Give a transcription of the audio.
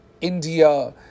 India